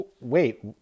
Wait